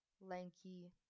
lanky